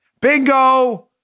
Bingo